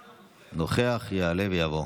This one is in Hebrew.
נוכח, יעלה ויבוא.